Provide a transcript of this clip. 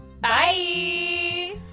bye